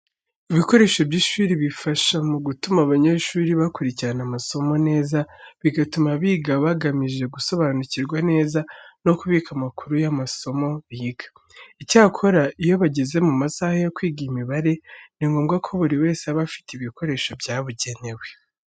Ibikoresho by'ishuri bifasha mu gutuma abanyeshuri bakurikirana amasomo neza, bituma biga bagamije gusobanukirwa neza no kubika amakuru y'amasomo biga. Icyakora, iyo bageze mu masaha yo kwiga imibare ni ngombwa ko buri wese aba afite ibikoresho byabugenewe.